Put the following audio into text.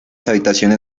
habitaciones